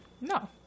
No